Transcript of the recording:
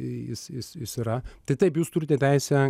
jis jis jis yra tai taip jūs turite teisę